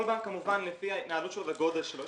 כל בנק כמובן לפי ההתנהלות שלו והגודל שלו.